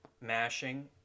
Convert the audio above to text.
mashing